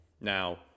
Now